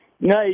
No